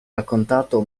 raccontato